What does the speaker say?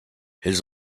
his